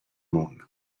mund